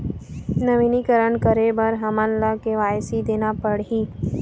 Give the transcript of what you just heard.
नवीनीकरण करे बर हमन ला के.वाई.सी देना पड़ही का?